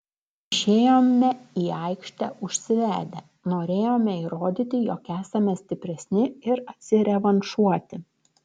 išėjome į aikštę užsivedę norėjome įrodyti jog esame stipresni ir atsirevanšuoti